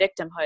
victimhood